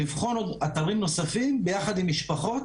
לבחון אתרים נוספים ביחד עם משפחות,